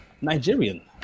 Nigerian